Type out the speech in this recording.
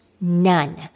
none